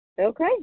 Okay